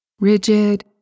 Rigid